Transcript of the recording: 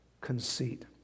conceit